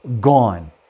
gone